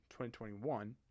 2021